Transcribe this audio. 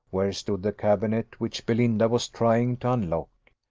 where stood the cabinet, which belinda was trying to unlock.